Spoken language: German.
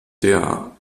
der